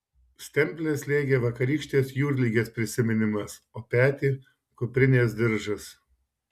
stemplę slėgė vakarykštės jūrligės prisiminimas o petį kuprinės diržas